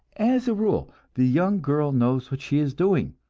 as a rule the young girl knows what she is doing,